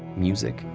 music,